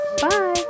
Bye